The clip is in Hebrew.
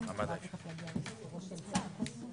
חוק האימהות.